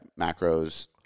macros